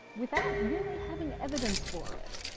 without really having evidence for it.